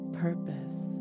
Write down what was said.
purpose